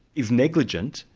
is negligent,